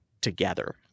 together